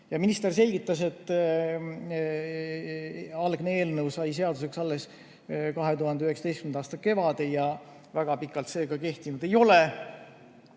Minister selgitas, et algne eelnõu sai seaduseks alles 2019. aasta kevadel ja väga pikalt seega kehtinud ei ole.